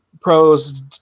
pros